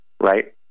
right